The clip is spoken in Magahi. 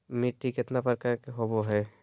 मिट्टी केतना प्रकार के होबो हाय?